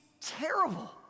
terrible